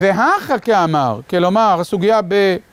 והכא קאמר, כלומר, הסוגיה ב...